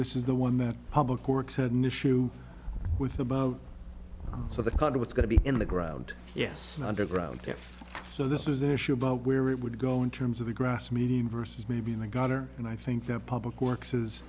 this is the one that public works had an issue with about so the kind of it's going to be in the ground yes underground yes so this is an issue about where it would go in terms of the grass median versus maybe in the gutter and i think that public works is